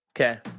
Okay